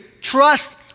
Trust